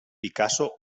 picasso